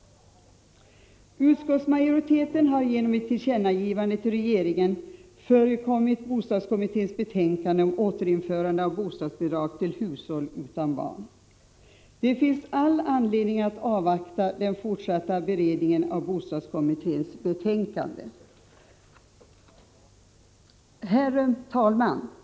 Utskottsmajoriteten har genom ett tillkännagivande till regeringen förekommit bostadskommitténs betänkande om återinförande av bostadsbidrag till hushåll utan barn. Det finns all anledning att avvakta den fortsatta beredningen av bostadskommitténs betänkande. Herr talman!